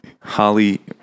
holly